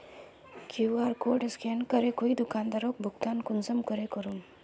QR code scan करे कोई दुकानदारोक भुगतान कुंसम करे करूम?